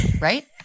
right